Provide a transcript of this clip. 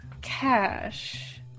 Cash